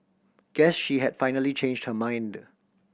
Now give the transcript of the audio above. guess she had finally changed her mind